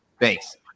thanks